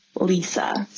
Lisa